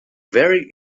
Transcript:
very